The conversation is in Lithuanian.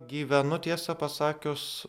gyvenu tiesą pasakius